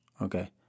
okay